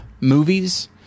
movies